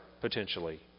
potentially